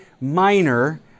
minor